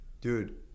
dude